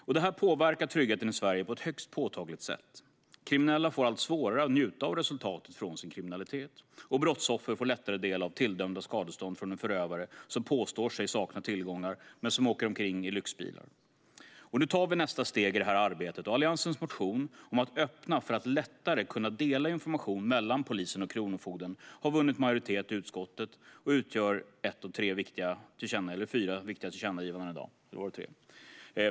Detta arbete påverkar tryggheten i Sverige på ett högst påtagligt sätt: Kriminella får allt svårare att njuta av resultatet från sin kriminalitet, och brottsoffer får lättare del av tilldömda skadestånd från en förövare som påstår sig sakna tillgångar men som åker omkring i lyxbilar. Nu tar vi nästa steg i detta arbete. Alliansens motion om att öppna för att lättare kunna dela information mellan polisen och Kronofogden har vunnit majoritet i utskottet och utgör ett av tre viktiga tillkännagivanden i dag.